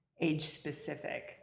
age-specific